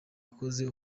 akoze